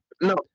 No